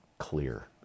clear